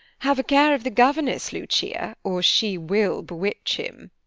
have a care of the governess, lucia, or she will bewitch him.